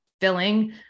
filling